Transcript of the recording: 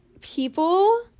people